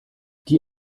die